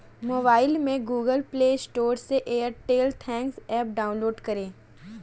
mobile में Google Play Store से Airtel Thanks app download करें